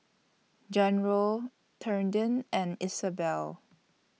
Jairo Trenten and Isabell